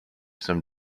some